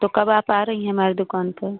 तो कब आप आ रही हैं हमारी दुकान पर